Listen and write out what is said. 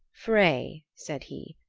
frey, said he,